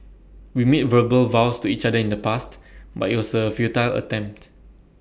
we made verbal vows to each other in the past but IT was A futile attempt